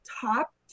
top